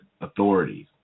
authorities